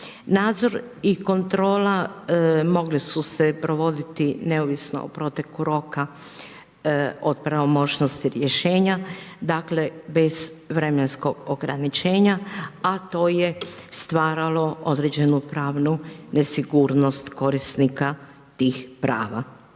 Nadzor i kontrola mogli su se provoditi neovisno o preteku roka od pravomoćnosti rješenja, dakle, bez vremenskog ograničenja, a to je stvaralo određenu pravnu nesigurnost korisnika tih prava.